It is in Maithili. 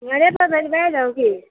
घरे परके भेजबाय दहो की